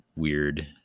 Weird